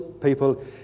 people